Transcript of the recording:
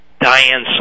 Diane